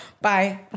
Bye